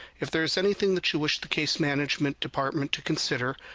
if there is anything that you wish the case management department to consider,